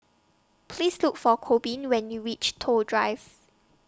Please Look For Corbin when YOU REACH Toh Drive